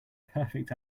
perfect